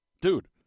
Dude